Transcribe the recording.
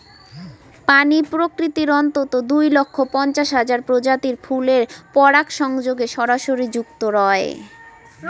প্রাণী প্রকৃতির অন্ততঃ দুই লক্ষ পঞ্চাশ হাজার প্রজাতির ফুলের পরাগসংযোগে সরাসরি যুক্ত রয়